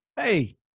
Hey